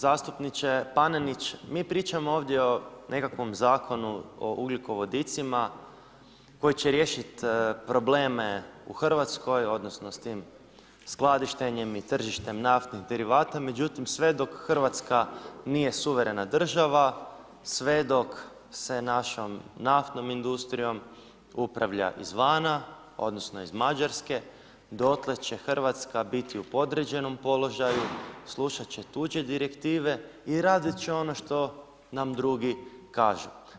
Uvaženi zastupniče Panenić, mi pričamo ovdje o nekakvom zakonu o ugljikovodicima koji će riješiti probleme u Hrvatskoj odnosno s tim skladištenjem i tržištem naftnih derivata međutim sve dok Hrvatska nije suverena država, sve dok se našom naftnom industrijom upravlja izvana odnosno iz Mađarske, dotle će Hrvatska biti u podređenom položaju, slušat će tuđe direktive i radit će ono što nam drugi kažu.